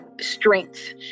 strength